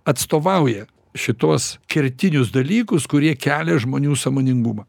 atstovauja šituos kertinius dalykus kurie kelia žmonių sąmoningumą